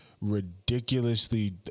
ridiculously